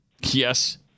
Yes